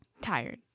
tired